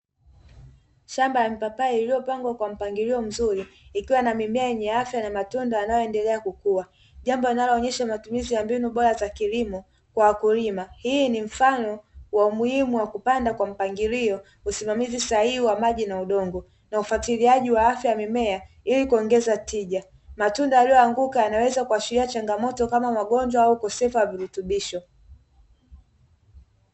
Shamba la mpapai lililopangwa kwa mpangilio mzuri ikiwa na mimea yenye afya na matunda yanayoendelea kukua, jambo linaloonyesha matumizi ya mbinu bora za kilimo kwa wakulima. Hii ni mfano wa umuhimu wa kupanda kwa mpangilio, usimamizi sahihi wa maji na udongo na ufatiliaji wa afya ya mimea ili kuongeza tija. Matunda yaliyoanguka yanaweza kuashiria changamoto kama magonjwa au ukosefu wa virutubisho.